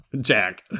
Jack